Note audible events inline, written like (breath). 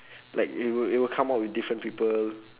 (breath) like it would it would come out with different people